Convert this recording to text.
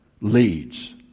leads